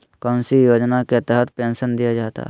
कौन सी योजना के तहत पेंसन दिया जाता है?